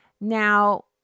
Now